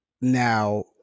now